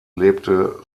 lebte